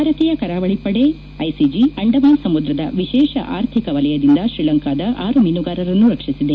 ಭಾರತೀಯ ಕರಾವಳಿ ಪಡೆ ಐಸಿಜಿ ಅಂಡಮಾನ್ ಸಮುದ್ರದ ವಿಶೇಷ ಆರ್ಥಿಕ ವಲಯದಿಂದ ಶ್ರೀಲಂಕಾದ ಆರು ಮೀನುಗಾರರನ್ನು ರಕ್ಷಿಸಿದೆ